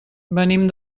venim